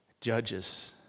Judges